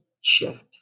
shift